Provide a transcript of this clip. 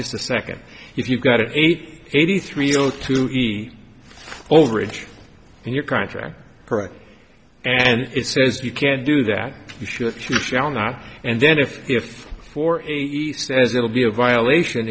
just a second if you've got an eight eighty three zero to be overage and your contract correct and it says you can't do that you should choose shall not and then if if for a he says it'll be a violation